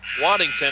Waddington